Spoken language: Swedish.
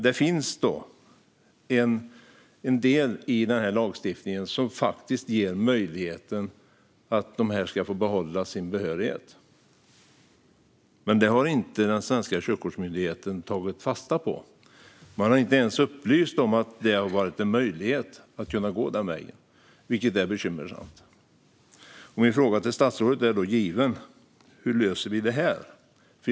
Det finns en del i lagstiftningen som faktiskt ger dessa förare möjlighet att behålla sin behörighet. Men det har inte den svenska körkortsmyndigheten tagit fasta på. Man har inte ens upplyst om att det finns en möjlighet att gå den vägen, vilket är bekymmersamt. Min fråga till statsrådet är given: Hur löser vi detta?